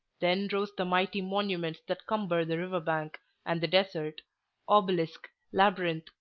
then rose the mighty monuments that cumber the river-bank and the desert obelisk, labyrinth,